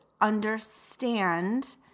understand